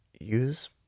use